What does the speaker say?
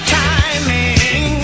timing